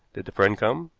did the friend come?